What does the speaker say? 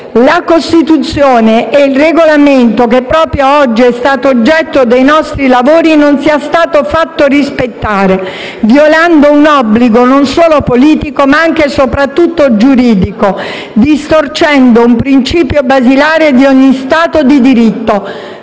alla Costituzione, il Regolamento, che è stato proprio oggi oggetto dei nostri lavori, non sia stato fatto rispettare, violando un obbligo non solo politico ma anche soprattutto giuridico, distorcendo un principio basilare di ogni Stato di diritto.